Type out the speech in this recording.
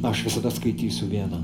aš visada skaitysiu vieną